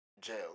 jail